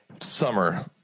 summer